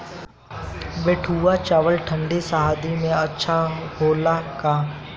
बैठुआ चावल ठंडी सह्याद्री में अच्छा होला का?